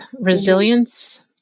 Resilience